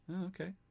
Okay